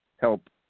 help